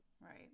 Right